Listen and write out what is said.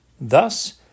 Thus